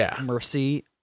mercy